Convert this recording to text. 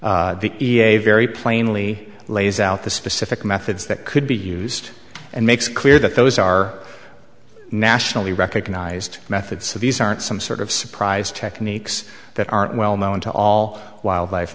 a very plainly lays out the specific methods that could be used and makes clear that those are nationally recognized methods so these aren't some sort of surprise techniques that aren't well known to all wildlife